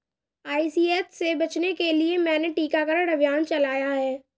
ICH से बचने के लिए मैंने टीकाकरण अभियान चलाया है